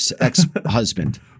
ex-husband